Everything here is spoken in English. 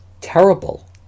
Terrible